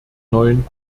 neuen